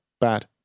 bad